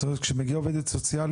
זאת אומרת כשמגיעה עובדת סוציאלית,